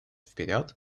вперед